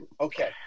okay